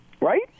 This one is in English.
Right